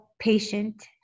patient